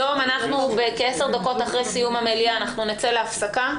היום כעשר דקות אחרי סיום המליאה נצא להפסקה,